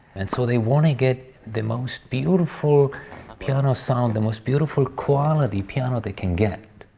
and so they want to get the most beautiful piano sound, the most beautiful quality piano they can get.